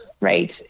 right